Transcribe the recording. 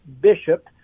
bishop